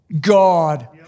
God